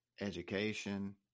Education